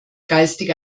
geistige